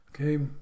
okay